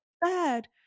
bad